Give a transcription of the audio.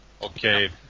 Okay